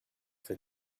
for